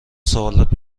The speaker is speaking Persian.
سوالات